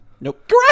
Nope